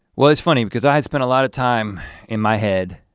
well, it's funny because i had spent a lot of time in my head,